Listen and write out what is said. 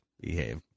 Behave